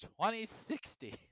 2060